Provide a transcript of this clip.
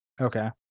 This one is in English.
Okay